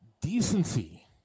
decency